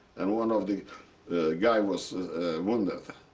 and one of the guy was wounded.